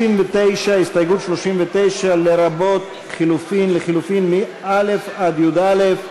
הסתייגות 39, לרבות לחלופין מא' עד י"א,